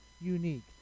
unique